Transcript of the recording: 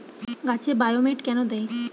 গাছে বায়োমেট কেন দেয়?